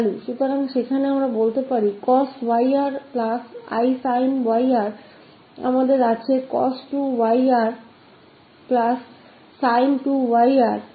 तो यहाँ हम केहते है cos 𝑦𝑅 𝑖 sin 𝑦𝑅 हमारे पास है cos2 𝑦𝑅 sin2 𝑦𝑅 और जोकि 1 है